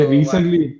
Recently